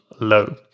low